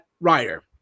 writer